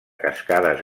cascades